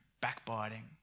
backbiting